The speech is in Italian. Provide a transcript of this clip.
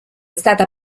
stata